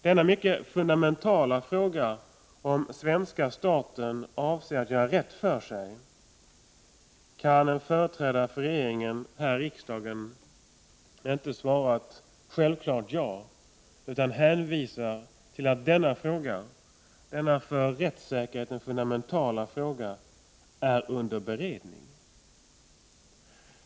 Denna mycket fundamentala fråga — om svenska staten avser att göra rätt för sig — kan alltså en företrädare för regeringen här i riksdagen inte svara ett självklart ja på. Man hänvisar i stället tillatt denna för rättssäkerheten fundamentala fråga är under beredning.